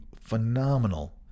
phenomenal